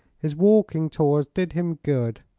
his walking tours did him good,